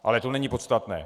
Ale to není podstatné.